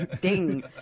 ding